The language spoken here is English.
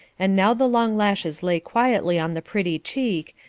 and now the long lashes lay quietly on the pretty cheek,